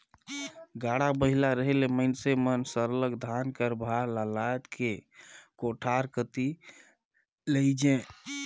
गाड़ा बइला रहें ले मइनसे मन सरलग धान कर भार ल लाएद के कोठार कती लेइजें